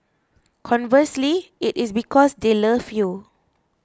conversely it is because they love you